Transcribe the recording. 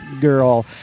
girl